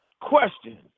question